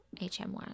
HM1